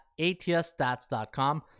ATSStats.com